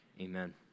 Amen